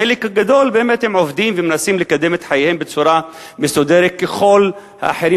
חלק גדול באמת עובדים ומנסים לקדם את חייהם בצורה מסודרת ככל האחרים.